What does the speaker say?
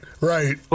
right